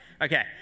Okay